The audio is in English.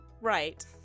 Right